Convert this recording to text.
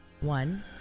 One